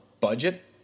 budget